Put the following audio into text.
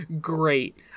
Great